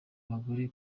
abagore